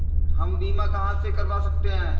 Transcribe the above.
हम बीमा कहां से करवा सकते हैं?